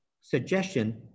suggestion